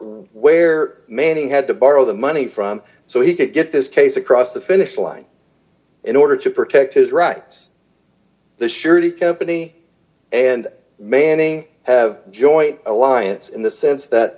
where manning had to borrow the money from so he could get this case across the finish line in order to protect his rights the surety company and manning have joint alliance in the sense that